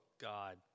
God